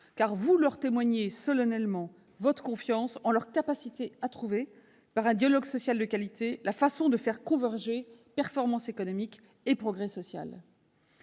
car vous leur témoignez solennellement votre confiance en leur capacité à trouver, par un dialogue social de qualité, la façon de faire converger performance économique et progrès social.